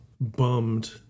bummed